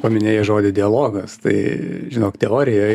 paminėjai žodį dialogas tai žinok teorijoj